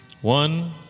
One